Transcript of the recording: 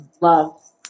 love